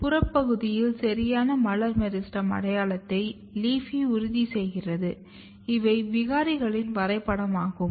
புறப்பகுதியில் சரியான மலர் மெரிஸ்டெம் அடையாளத்தை LEAFY உறுதிசெய்கிறது இவை விகாரிகளின் வரைபடமாகும்